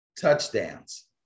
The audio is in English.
touchdowns